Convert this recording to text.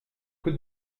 coup